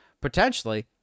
Potentially